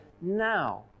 now